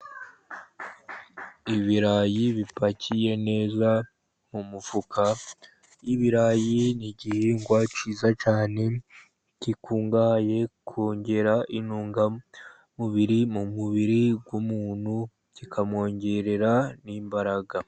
Ibirayi bipakiye neza mu mufuka. Ibirayi ni igihingwa cyiza cyane gikungahaye kongera intungamubiri mu mubiri w'umuntu, kikamwongerera n'imbaraga.